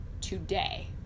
today